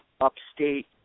upstate